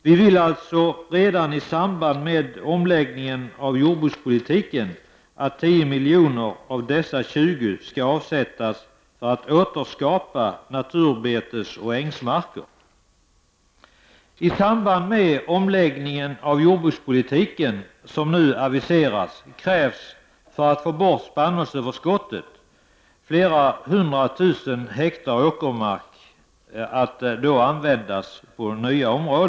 Vi vill alltså redan i samband med omläggningen av jordbrukspolitiken att 10 miljoner av dessa 20 miljoner skall avsättas för att återskapa naturbetesoch ängsmarker. I samband med den omläggning av jordbrukspolitiken som nu aviseras och som krävs för att få bort spannmålsöverskottet kommer flera hundra tusen hektar åkermark att få ny användning.